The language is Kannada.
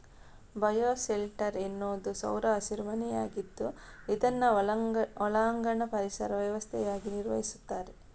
ಬಯೋ ಶೆಲ್ಟರ್ ಎನ್ನುವುದು ಸೌರ ಹಸಿರು ಮನೆಯಾಗಿದ್ದು ಇದನ್ನು ಒಳಾಂಗಣ ಪರಿಸರ ವ್ಯವಸ್ಥೆಯಾಗಿ ನಿರ್ವಹಿಸ್ತಾರೆ